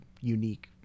unique